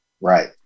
Right